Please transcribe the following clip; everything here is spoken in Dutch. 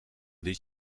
dit